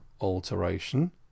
alteration